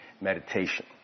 meditation